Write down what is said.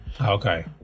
okay